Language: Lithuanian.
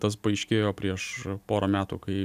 tas paaiškėjo prieš porą metų kai